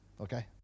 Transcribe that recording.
okay